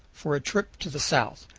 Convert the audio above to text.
for a trip to the south,